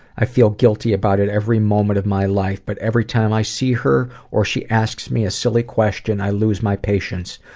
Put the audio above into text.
i feel guilty about it every moment of my life, but every time i see her or she asks me a silly question, i lose my patience.